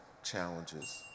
challenges